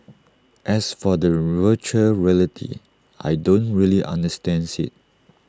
as for the Virtual Reality I don't really understands IT